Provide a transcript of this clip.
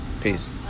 peace